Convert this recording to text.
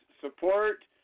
support